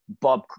Bob